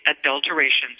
adulterations